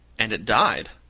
and it died,